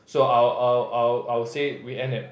so I'll I'll I'll I'll say we end at